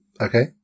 Okay